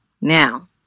now